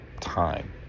time